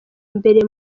mbere